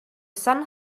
sun